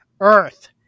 earth